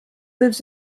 lives